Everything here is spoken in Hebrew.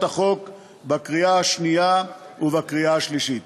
החוק בקריאה השנייה ובקריאה השלישית.